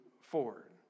forward